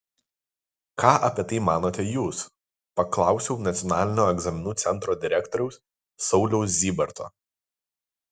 ką apie tai manote jūs paklausiau nacionalinio egzaminų centro direktoriaus sauliaus zybarto